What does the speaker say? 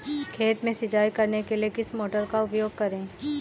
खेत में सिंचाई करने के लिए किस मोटर का उपयोग करें?